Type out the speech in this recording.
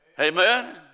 Amen